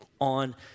on